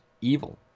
evil